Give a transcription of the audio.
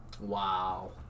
Wow